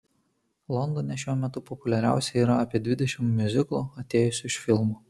londone šiuo metu populiariausi yra apie dvidešimt miuziklų atėjusių iš filmų